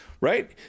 right